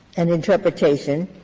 an interpretation